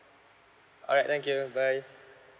alright thank you bye